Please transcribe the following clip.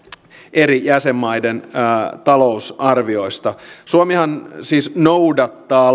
eri jäsenmaiden talousarvioista suomihan siis noudattaa